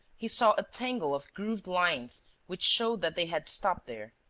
he saw a tangle of grooved lines which showed that they had stopped there.